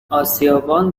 آسیابان